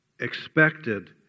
expected